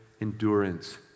endurance